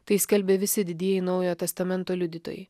tai skelbia visi didieji naujojo testamento liudytojai